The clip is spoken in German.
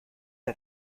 hat